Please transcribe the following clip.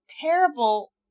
terrible